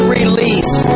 release